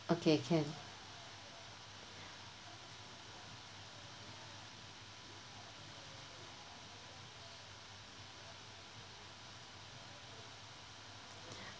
okay can